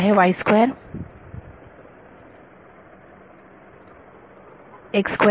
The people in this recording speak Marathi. विद्यार्थी xy